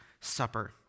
Supper